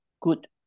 good